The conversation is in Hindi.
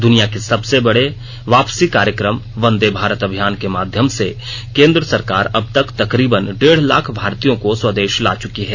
दुनिया के सबसे बडे वापसी कार्यक्रम वंदे भारत अभियान के माध्यम से केन्द्र सरकार अब तक तकरीबन डेढ़ लाख भारतीयों को स्वदेश ला च्की है